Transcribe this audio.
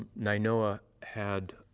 ah nainoa had